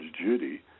Judy